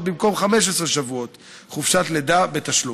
במקום 15 שבועות חופשת לידה בתשלום,